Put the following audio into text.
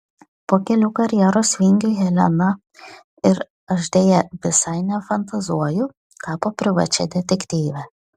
po kelių karjeros vingių helena ir aš deja visai nefantazuoju tapo privačia detektyve